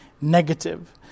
negative